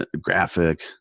graphic